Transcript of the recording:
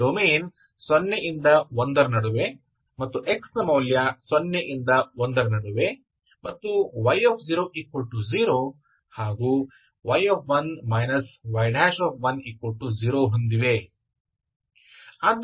ನಿಮ್ಮ ಡೊಮೇನ್ 0 ರಿಂದ 1 ರ ನಡುವೆ ಮತ್ತು x ಮೌಲ್ಯ 0 ರಿಂದ 1 ರ ನಡುವೆ ಮತ್ತು y0 ಹಾಗೂ y1 y10 ಹೊಂದಿವೆ